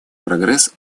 прогресс